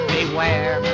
Beware